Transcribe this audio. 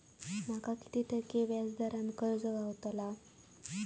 माका किती टक्के व्याज दरान कर्ज गावतला?